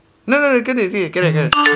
no no no kind I say can ah can ah